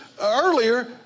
earlier